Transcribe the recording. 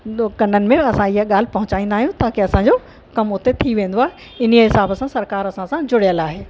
कननि में असां इहा ॻाल्हि पहुचाईंदा आहियूं ताकि असांजो कम उते थी वेंदो आहे इन्हीअ हिसाब सां सरकार असां सां जुड़ियल आहे